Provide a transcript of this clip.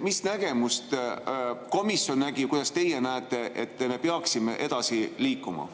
Mis nägemus komisjonil on ja kuidas teie näete, et me peaksime edasi liikuma?